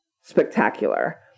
spectacular